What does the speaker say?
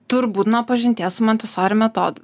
turbūt nuo pažinties su montesori metodu